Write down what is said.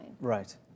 Right